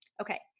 Okay